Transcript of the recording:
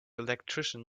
electrician